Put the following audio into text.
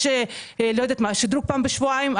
יש שדרוג פעם בשבועיים,